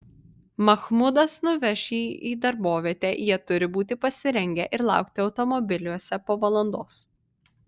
mahmudas nuveš jį į darbovietę jie turi būti pasirengę ir laukti automobiliuose po valandos